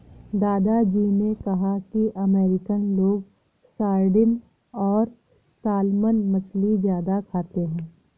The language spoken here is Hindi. दादा जी ने कहा कि अमेरिकन लोग सार्डिन और सालमन मछली ज्यादा खाते हैं